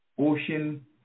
Ocean